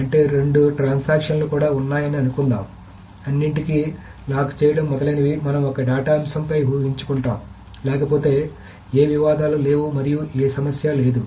అంటే రెండు లావాదేవీలు కూడా ఉన్నాయని అనుకుందాం అన్నింటినీ లాక్ చేయడం మొదలైనవి మనం ఒకే డేటా అంశంపై ఊహించుకుంటాము లేకపోతే ఏ వివాదాలు లేవు మరియు ఏ సమస్య లేదు